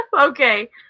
Okay